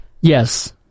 yes